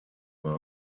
war